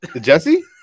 Jesse